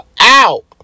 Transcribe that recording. out